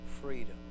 freedom